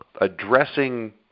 addressing